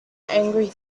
angry